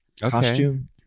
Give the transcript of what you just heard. costume